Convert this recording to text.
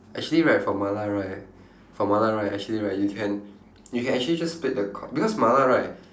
actually right for mala right for mala right actually right you can you can actually just split the co~ because mala right